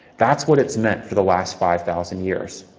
that's what it's meant for the last five thousand years.